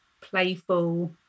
playful